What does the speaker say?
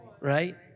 right